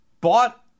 bought